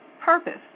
purpose